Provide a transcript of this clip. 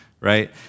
right